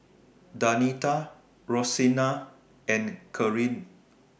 Danita Roseanna and Caryn